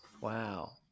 Wow